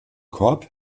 korb